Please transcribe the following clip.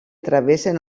travessen